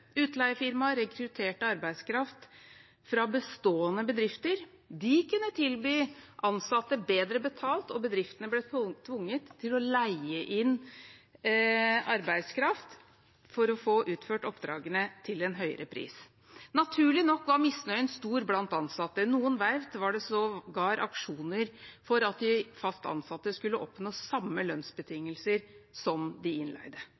Utleiefirmaer rekrutterte arbeidskraft fra bestående bedrifter. De kunne tilby ansatte bedre betalt, og bedriftene ble tvunget til å leie inn arbeidskraft for å få utført oppdragene, til en høyere pris. Naturlig nok var misnøyen stor blant ansatte. Ved noen verft var det sågar aksjoner for at de fast ansatte skulle oppnå samme lønnsbetingelser som de innleide.